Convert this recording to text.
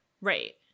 Right